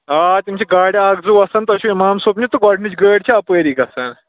آ آ تِم چھِ گاڑِ اکھ زٕ وَسان تۄہہِ چھِو اِمام صٲبنہِ تہٕ گۄڈٕ نِچ گٲڑۍ چھِ اَپٲری گژھان